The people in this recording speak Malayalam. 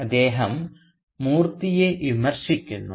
അദ്ദേഹം മൂർത്തിയെ വിമർശിക്കുന്നു